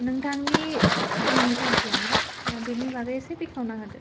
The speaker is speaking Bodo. नोंथांनि जिउनि थांखिया मा बेनि बादै एसे बेखेवना होदो